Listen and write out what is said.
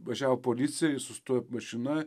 važiavo policija ir sustojo mašina